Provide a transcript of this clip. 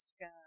Sky